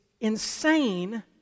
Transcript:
insane